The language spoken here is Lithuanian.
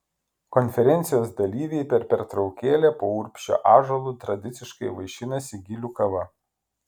konferencijos dalyviai per pertraukėlę po urbšio ąžuolu tradiciškai vaišinasi gilių kava